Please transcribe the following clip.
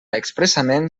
expressament